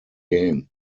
game